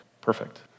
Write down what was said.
perfect